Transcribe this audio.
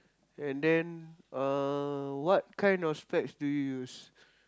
and then uh what kind of specs do you use